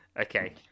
Okay